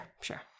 sure